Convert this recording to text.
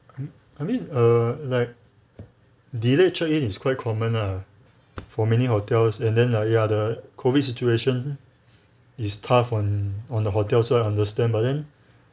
I'm I mean err like delayed check in is quite common lah for many hotels and then ah yeah the COVID situation is tough on on the hotel so I understand but then